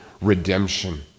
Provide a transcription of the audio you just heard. redemption